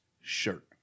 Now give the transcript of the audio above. shirt